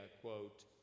quote